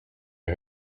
and